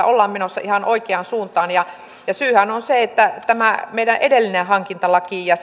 ollaan menossa ihan oikeaan suuntaan syyhän on se että tämä meidän edellinen hankintalaki ja